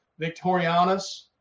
Victorianus